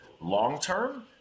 long-term